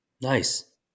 Nice